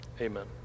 Amen